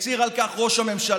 והצהיר על כך ראש הממשלה,